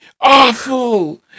awful